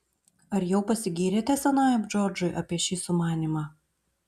ar jau pasigyrėte senajam džordžui apie šį sumanymą